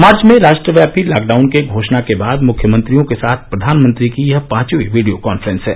मार्च में राष्ट्रव्यापी लॉकडाउन के घोषणा के बाद मुख्यमंत्रियों के साथ प्रधानमंत्री की यह पांचवी वीडियो कान्फ्रेंस है